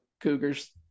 Cougars